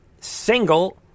single